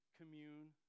commune